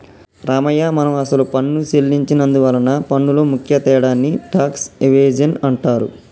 రామయ్య మనం అసలు పన్ను సెల్లించి నందువలన పన్నులో ముఖ్య తేడాని టాక్స్ ఎవేజన్ అంటారు